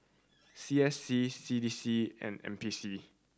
C S C C D C and N P C